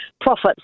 profits